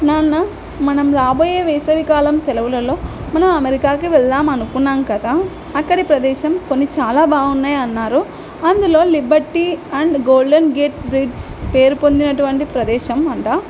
నాన్న మనం రాబోయే వేసవికాలం సెలవులలో మనం అమెరికాకి వెళ్దామనుకున్నాం కదా అక్కడ ప్రదేశం కొన్ని చాలా బాగున్నాయి అన్నారు అందులో Liberty and Golden Gate Bridge పేరు పొందినటువంటి ప్రదేశం అంట